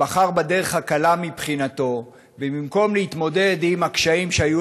בחר בדרך הקלה מבחינתו ובמקום להתמודד עם הקשיים שהיו